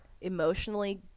emotionally